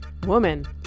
Woman